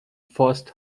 first